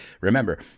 Remember